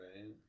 Right